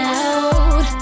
out